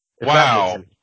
wow